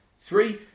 Three